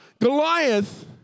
Goliath